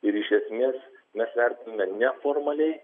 ir iš esmės mes vertiname ne formaliai